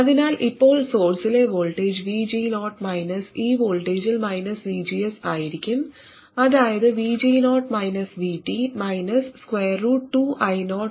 അതിനാൽ ഇപ്പോൾ സോഴ്സിലെ വോൾട്ടേജ് VG0 മൈനസ് ഈ വോൾട്ടേജിൽ VGS ആയിരിക്കും അതായത് VG0 VT 2I0nCox